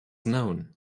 known